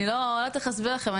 אני לא יודעת איך להסביר לכם,